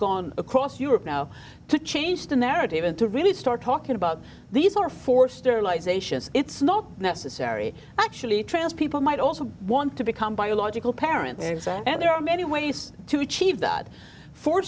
gone across europe now to change the narrative and to really start talking about these are forced sterilizations it's not necessary actually trans people might also want to become biological parents and there are many ways to achieve that for